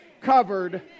covered